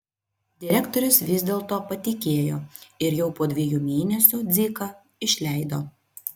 direktorius vis dėl to patikėjo ir jau po dviejų mėnesių dziką išleido